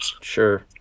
sure